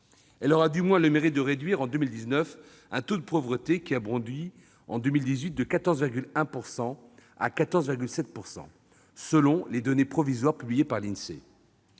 Elle aura du moins le mérite de réduire, en 2019, un taux de pauvreté qui a bondi en 2018 de 14,1 % à 14,7 %, selon les données provisoires publiées par l'Insee.